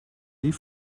die